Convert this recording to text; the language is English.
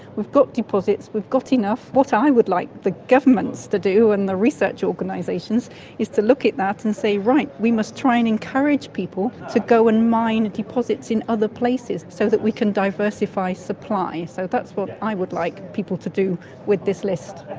we've got deposits, we've got enough. what i would like the governments to do and the research organisations is to look at that and say, right, we must try and encourage people to go and mine deposits in other places so that we can diversify supply. so that's what i would like people to do with this list.